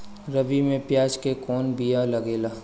रबी में प्याज के कौन बीया लागेला?